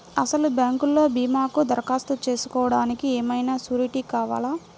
అసలు బ్యాంక్లో భీమాకు దరఖాస్తు చేసుకోవడానికి ఏమయినా సూరీటీ కావాలా?